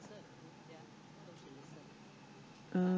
uh